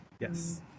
Yes